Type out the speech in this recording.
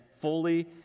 fully